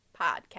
podcast